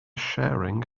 sharing